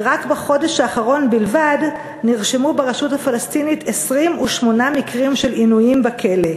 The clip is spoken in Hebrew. ורק בחודש האחרון נרשמו ברשות הפלסטינית 28 מקרים של עינויים בכלא.